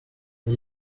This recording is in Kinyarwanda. iki